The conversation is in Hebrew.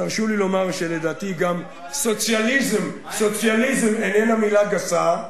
תרשו לי לומר שלדעתי גם סוציאליזם איננו מלה גסה,